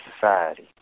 society